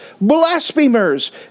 blasphemers